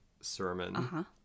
sermon